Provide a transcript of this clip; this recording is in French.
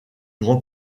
grand